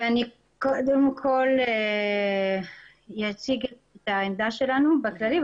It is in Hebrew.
אני קודם כל אציג את העמדה שלנו בכללי,